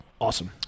awesome